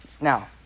Now